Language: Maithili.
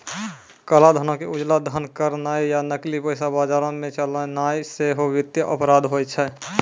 काला धनो के उजला धन करनाय या नकली पैसा बजारो मे चलैनाय सेहो वित्तीय अपराध होय छै